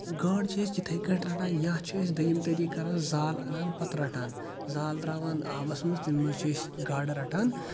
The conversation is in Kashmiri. گاڑ چھِ أسۍ یِتھےٕ کٲٹھی رَٹان یا چھِ أسۍ دویِم طٔریٖق کَران زال اَنان پَتہ رَٹان زال ترٛاوان آبَس منٛز تَمہِ منٛز چھِ أسۍ گاڑٕ رَٹان